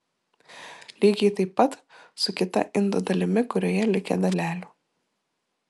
lygiai taip pat su kita indo dalimi kurioje likę dalelių